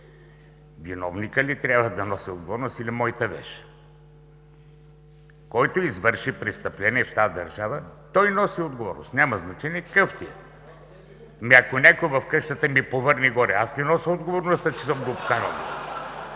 виновникът ли трябва да носи отговорност или моята вещ? Който извърши престъпление в тази държава, той носи отговорност! Няма значение какъв ти е. Ами ако някой в къщата ми повърне горе, аз ли нося отговорността, че съм го вкарал?